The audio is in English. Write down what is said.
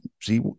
see